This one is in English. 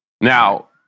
Now